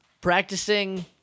practicing